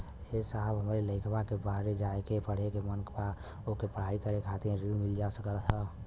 ए साहब हमरे लईकवा के बहरे जाके पढ़े क मन बा ओके पढ़ाई करे खातिर ऋण मिल जा सकत ह?